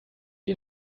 ihr